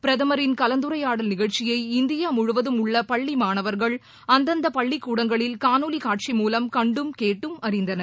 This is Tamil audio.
பிரதமரின் கலந்துரையாடல் நிகழ்ச்சியை இந்தியா முழுவதும் உள்ள பள்ளி மானவர்கள் அந்தந்த பள்ளிக் கூடங்களில் காணொலி காட்சி மூலம் கண்டும் கேட்டும் அழிந்தனர்